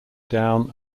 down